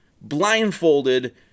blindfolded